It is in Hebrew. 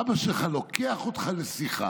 "אבא שלך לוקח אותך לשיחה